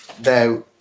Now